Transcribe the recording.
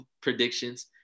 predictions